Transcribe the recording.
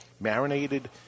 Marinated